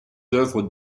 œuvres